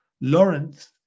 Lawrence